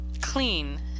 clean